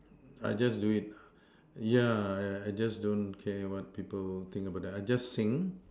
I just do it yeah I I just don't care what people think about that I just sing